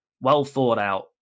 well-thought-out